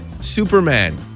Superman